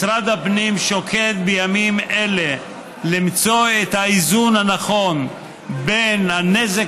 משרד הפנים שוקד בימים אלה למצוא את האיזון הנכון בין הנזק